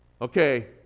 Okay